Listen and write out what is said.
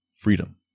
freedom